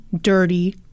dirty